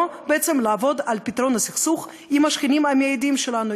לעבוד על פתרון הסכסוך עם השכנים המיידיים שלהם,